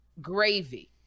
gravy